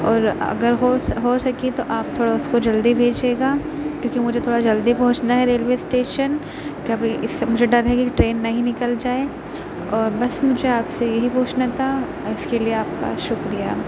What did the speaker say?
اور اگر ہو سکے تو آپ تھوڑا اس کو جلدی بھیجیے گا کیونکہ مجھے تھوڑا جلدی پہنچنا ہے ریلوے اسٹیشن کیا بھائی اس سے مجھے ڈر ہے کہ ٹرین نہیں نکل جائے اور بس مجھے آپ سے یہی پوچھنا تھا اس کے لیے آپ کا شکریہ